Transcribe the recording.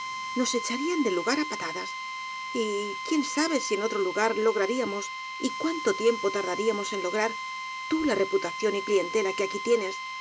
echa rían del lugar á patadas y quién sabe si en otro lugar lograríamos y cuánto tiempo tardaríamos en lograr tú la reputación y clientela que aquí tienes